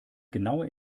genaue